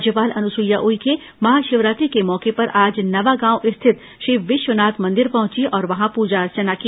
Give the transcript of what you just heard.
राज्यपाल अनुसुईया उइके महाशिवरांत्रि के मौके पर आज नवागांव स्थित श्री विश्वनाथ मंदिर पहुंची और वहां पूजा अर्चना की